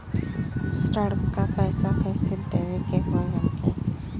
ऋण का पैसा कइसे देवे के होई हमके?